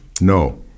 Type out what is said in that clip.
No